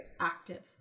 active